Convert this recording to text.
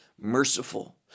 merciful